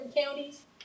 Counties